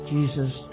Jesus